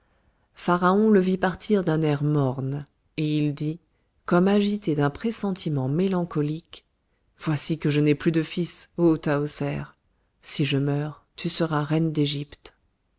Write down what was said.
le vit partir d'un air morne et il dit comme agité d'un pressentiment mélancolique voici que je n'ai plus de fils ô tahoser si je meurs tu seras reine d'égypte